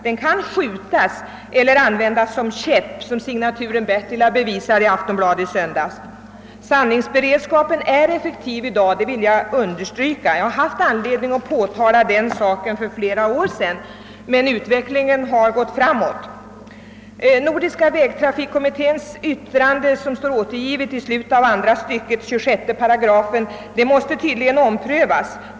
Den kan skjutas — eller användas som käpp, som signaturen Bertila bevisade i Aftonbladet i söndags! Sandningsberedskapen är effektiv i dag, det vill jag understryka, eftersom jag haft anledning påtala förhållandena i fråga om sandningsberedskapen för flera år sedan. Utvecklingen därvidlag har alltså gått framåt. Stadgandet i 26 § 1 mom. i förslaget från nordisk vägtrafikkommitté, som åberopas i svaret, måste tydligen omprövas.